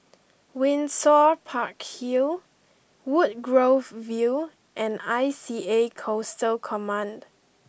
Windsor Park Hill Woodgrove View and I C A Coastal Command